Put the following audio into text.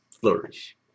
flourish